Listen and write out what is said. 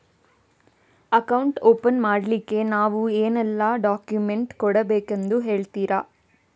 Account open ಮಾಡ್ಲಿಕ್ಕೆ ನಾವು ಏನೆಲ್ಲ ಡಾಕ್ಯುಮೆಂಟ್ ಕೊಡಬೇಕೆಂದು ಹೇಳ್ತಿರಾ?